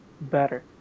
better